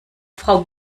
frau